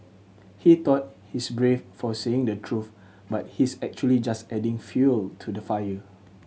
he thought he's brave for saying the truth but he's actually just adding fuel to the fire